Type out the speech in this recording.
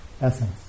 essence